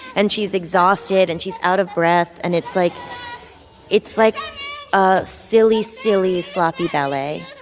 and she's exhausted. and she's out of breath. and it's like it's like a silly, silly, sloppy ballet.